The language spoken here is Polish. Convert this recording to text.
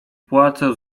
płacę